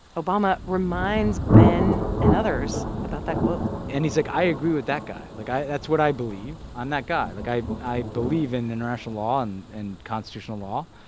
obama reminds ben and others about that quote and he's like, i agree with that guy. like, that's what i believe i'm that guy. like, i i believe in international law and and constitutional law.